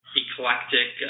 eclectic